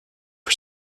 for